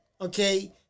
okay